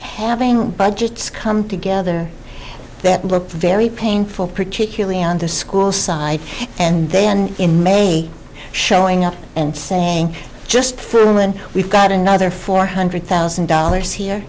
having budgets come together that looked very painful particularly on the school side and then in may showing up and saying just for a moment we've got another four hundred thousand dollars here